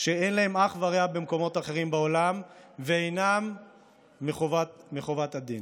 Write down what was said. שאין להן אח ורע במקומות אחרים בעולם ואינן מחויבות מן הדין.